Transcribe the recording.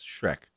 Shrek